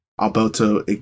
Alberto